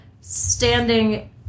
standing